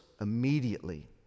immediately